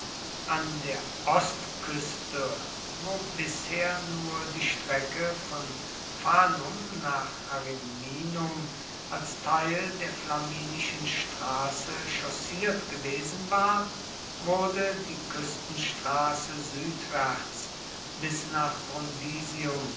an der ostküste wo bisher nur die strecke von fanum nach ariminum als teil der flaminischen straße chaussiert gewesen war wurde die küstenstraße südwärts bis nach